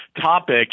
topic